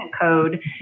code